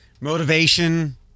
Motivation